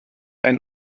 ein